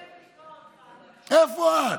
איזה כיף לשמוע אותך, איפה את?